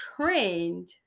trend